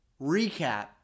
recap